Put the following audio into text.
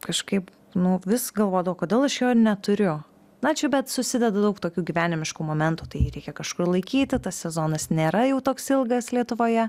kažkaip nu vis galvodavau kodėl aš jo neturiu na čia bet susideda daug tokių gyvenimiškų momentų tai reikia kažkur laikyti tas sezonas nėra jau toks ilgas lietuvoje